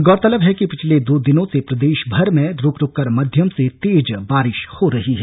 गौरतलब है कि पिछले दो दिनों से प्रदेशभर में रूक रूककर मध्यम से तेज बारिश हो रही है